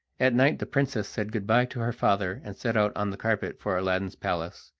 at night the princess said good-bye to her father, and set out on the carpet for aladdin's palace,